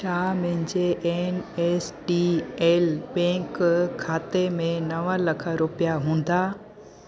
छा मुंहिंजे N S D L bank खाते में नव लख रुपया हूंदा